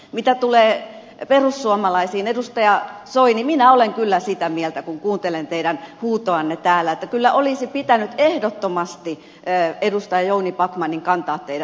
mitä tulee perussuomalaisiin edustaja soini minä olen kyllä sitä mieltä kun kuuntelen teidän huutoanne täällä että kyllä olisi pitänyt ehdottomasti edustaja jouni backmanin kantaa teidät sinne säätytalolle